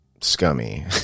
scummy